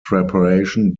preparation